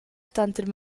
tanter